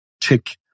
tick